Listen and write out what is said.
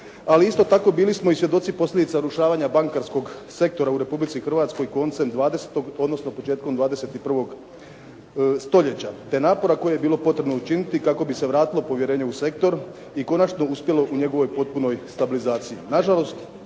Ali isto tako bili smo i svjedoci posljedica urušavanja bankarskog sektora u Republici Hrvatskoj koncem 20. odnosno početkom 21. stoljeća te napora koji je bilo potrebno učiniti kako bi se vratilo povjerenje u sektor i konačno uspjelo u njegovoj potpunoj stabilizaciji.